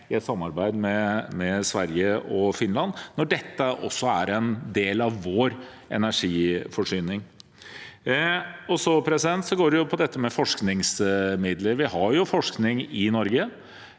et samarbeid med Sverige og Finland når dette også er en del av vår energiforsyning. Så til dette med forskningsmidler. Vi har jo forskning i Norge.